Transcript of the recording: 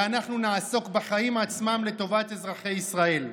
ואנחנו נעסוק בחיים עצמם, לטובת אזרחי ישראל.